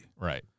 right